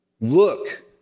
Look